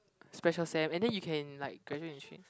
special sem and then you can like graduate in three